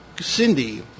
Cindy